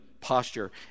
posture